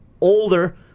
older